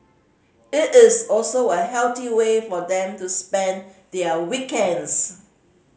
it is also a healthy way for them to spend their weekends